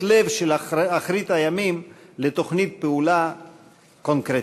לב של אחרית הימים לתוכנית פעולה קונקרטית.